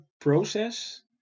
process